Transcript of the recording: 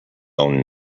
own